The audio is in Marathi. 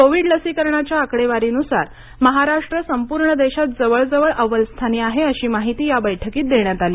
कोविड लसीकरणाच्या आकडेवारीनुसार महाराष्ट्र संपूर्ण देशात जवळजवळ अव्वलस्थानी आहे अशी माहिती या बैठकीत देण्यात आली